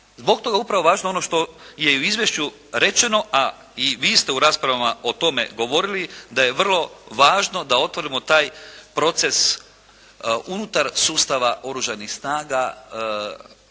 zbog toga upravo važno ono što je i u izvješću rečeno, a i vi ste u raspravama o tome govorili, da je vrlo važno da otvorimo taj proces unutar sustava Oružanih snaga